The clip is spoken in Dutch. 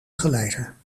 geleider